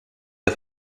der